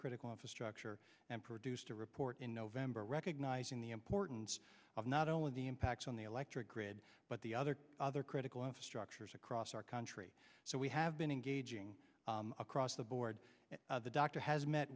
critical infrastructure and produced a report in november recognizing the importance of not only the impacts on the electric grid but the other other critical structures across our country so we have been engaging across the board and the doctor has met